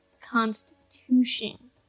constitution